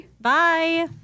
Bye